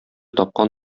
тапкан